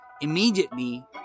immediately